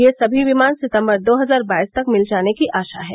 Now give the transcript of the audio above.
ये सभी विमान सितंबर दो हजार बाईस तक मिल जाने की आशा है